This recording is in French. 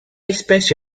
espèce